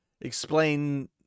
explain